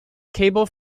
cable